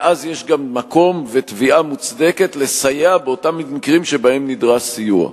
ואז יש גם מקום ותביעה מוצדקת לסייע באותם מקרים שבהם נדרש סיוע.